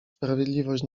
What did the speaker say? sprawiedliwość